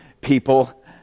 people